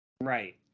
Right